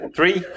Three